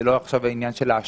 זה לא עניין של האשמות,